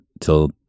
till